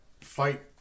fight